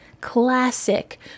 classic